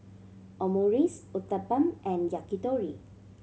Omurice Uthapam and Yakitori